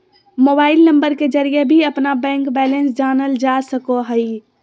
mobile number के जरिए भी अपना बैंक बैलेंस जानल जा सको हइ